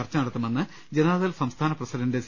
ചർച്ച നടത്തുമെന്ന് ജനതാദൾ സംസ്ഥാന പ്രസീഡന്റ് സി